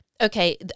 Okay